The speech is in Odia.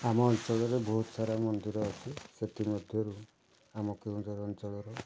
ଆମ ଅଞ୍ଚଳରେ ବହୁତ ସାରା ମନ୍ଦିର ଅଛି ସେଥିମଧ୍ୟରୁ ଆମ କେଉଁଝର ଅଞ୍ଚଳରେ